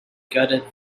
gutted